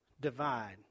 divide